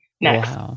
next